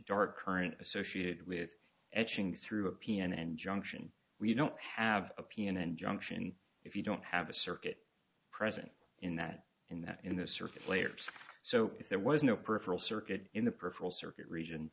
dark current associated with etching through a p n and junction we don't have a peon in junction if you don't have a circuit present in that in that in the circuit layers so if there was no peripheral circuit in the peripheral circuit region